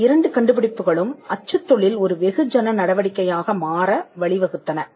இந்த இரண்டு கண்டுபிடிப்புகளும் அச்சுத் தொழில் ஒரு வெகுஜன நடவடிக்கையாக மாற வழிவகுத்தன